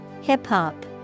Hip-hop